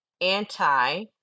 anti